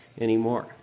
anymore